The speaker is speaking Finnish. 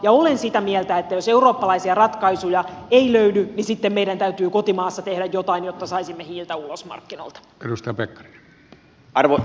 ja olen sitä mieltä että jos eurooppalaisia ratkaisuja ei löydy niin sitten meidän täytyy kotimaassa tehdä jotain jotta saisimme hiiltä ulos markkinoilta